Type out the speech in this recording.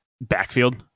backfield